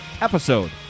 episode